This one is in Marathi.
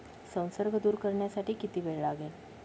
संसर्ग दूर करण्यासाठी किती वेळ लागेल?